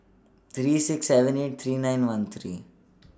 three six seven eight three nine one three